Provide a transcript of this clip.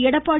Edappadi